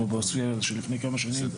כמו בעוספיה שלפני כמה שנים